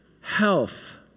health